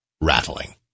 rattling